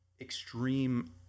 extreme